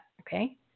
okay